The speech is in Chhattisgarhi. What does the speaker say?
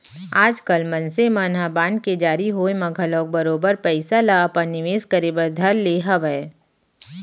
आजकाल मनसे मन ह बांड के जारी होय म घलौक बरोबर पइसा ल अपन निवेस करे बर धर ले हवय